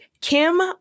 Kim